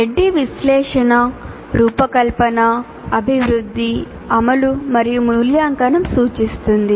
ADDIE విశ్లేషణ రూపకల్పన అభివృద్ధి అమలు మరియు మూల్యాంకనం సూచిస్తుంది